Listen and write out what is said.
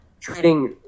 Trading